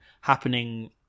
happening